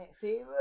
See